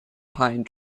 pine